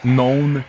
known